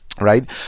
right